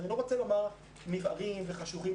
אני לא רוצה לומר נבערים וחשוכים.